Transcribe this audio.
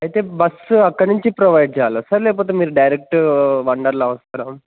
అయితే బస్సు అక్కడ నుంచి ప్రొవైడ్ చేయాలా సార్ లేకపోతే మీరు డైరెక్ట్ వండర్లా వస్తారా